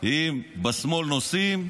אם בשמאל נוסעים,